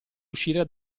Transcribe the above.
uscire